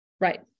right